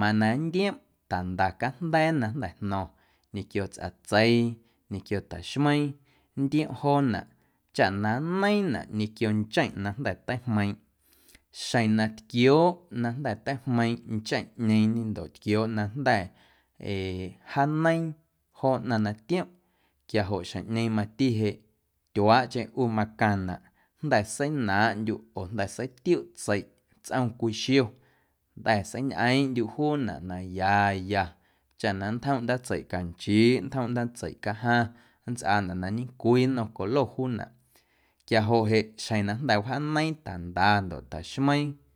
mana nntiomꞌ tanda cajnda̱a̱ na jnda̱ jno̱ⁿ ñequio tsꞌatseii ñequio ta̱xmeiiⁿ nntiomꞌ joonaꞌ chaꞌ na nneiiⁿnaꞌ ñequio ncheⁿꞌ na jnda̱ teijmeiiⁿꞌ xeⁿ na tquiooꞌ na jnda̱ teijmeiiⁿꞌ ncheⁿꞌñeeⁿ ndoꞌ tquiooꞌ na jnda̱ ee jaaneiiⁿ joo ꞌnaⁿ na tiomꞌ quiajoꞌ xjeⁿꞌñeeⁿ mati jeꞌ tyuaaꞌcheⁿ ꞌu macaⁿnaꞌ jnda̱ seinaaⁿꞌndyuꞌ oo jnda̱ seitiuꞌ tseiꞌ tsꞌom cwii xio jnda̱ seiñꞌeeⁿꞌndyuꞌ juunaꞌ ya ya chaꞌ na nntjomꞌ ndaatseiꞌ canchiiꞌ nntjomꞌ ndaatseiꞌ cajaⁿ nntsꞌaanaꞌ ñecwii nnom colo juunaꞌ quiajoꞌ jeꞌ xjeⁿ na jnda̱ wjaaneiiⁿ tanda ndoꞌ ta̱xmeiiⁿ.